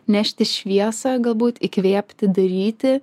nešti šviesą galbūt įkvėpti daryti